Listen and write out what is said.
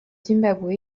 zimbabwe